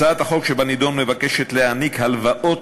הצעת החוק שבנדון מבקשת להעניק הלוואות